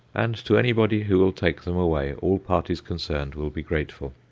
and to anybody who will take them away all parties concerned will be grateful.